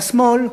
והשמאל,